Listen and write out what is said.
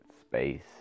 space